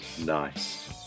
nice